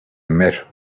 met